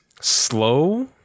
slow